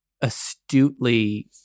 astutely